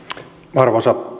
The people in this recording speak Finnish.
arvoisa